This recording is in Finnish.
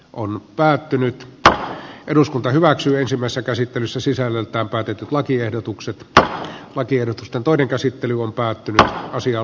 on päätynyt että eduskunta hyväksyy ensimmäistä käsittelyssä sisällöltään päätetyt lakiehdotukset että lakiehdotusta toinen käsittely on päättynyt ja asia on